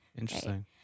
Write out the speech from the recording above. interesting